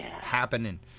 happening